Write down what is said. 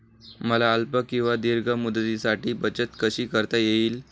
मला अल्प किंवा दीर्घ मुदतीसाठी बचत कशी करता येईल?